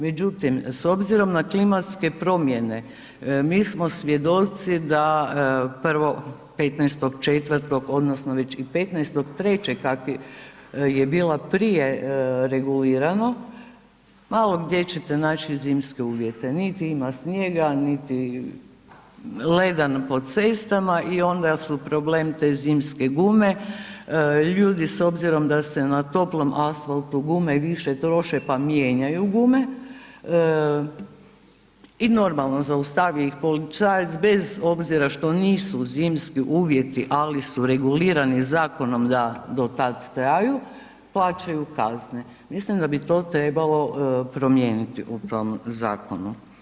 Međutim, s obzirom na klimatske promjene, mi smo svjedoci da prvo, 15.4. odnosno već i 15.3. tako je bilo prije regulirano, malo gdje ćete naći zimske uvjete, niti ima snijega, niti leda po cestama i onda su problem te zimske gume, ljudi s obzirom da se na toplom asfaltu gume više troše, pa mijenjaju gume i normalno zaustavi ih policajac bez obzira što nisu zimski uvjeti, ali su regulirani zakonom da do tad traju, plaćaju kazne, mislim da bi to trebalo promijeniti u tom zakonu.